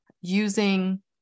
using